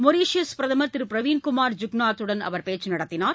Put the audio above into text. Mauritius பிரதமர் திரு பிரவீன்குமார் ஜுக்நாத்துடனும் அவர் பேச்சு நடத்தினார்